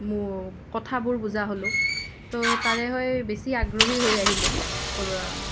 মোৰ কথাবোৰ বুজা হ'লোঁ ত' তাৰেহৈ বেছি আগ্ৰহী হৈ আহিলোঁ